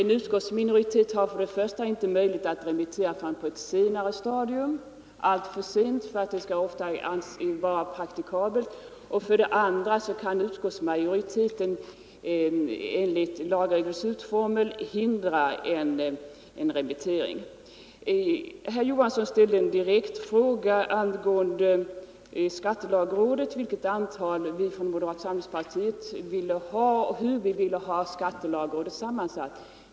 En utskottsminoritet har för det första inga möjligheter att remittera förrän på ett senare stadium — ofta alltför sent för att det skall vara praktikabelt — och för det andra kan utskottsmajoriteten enligt lagregelns utformning hindra en 39 Herr Johansson ställde en direkt fråga rörande vilket antal ledamöter vi från moderata samlingspartiet vill ha och hur vi vill ha skattelagrådet sammansatt.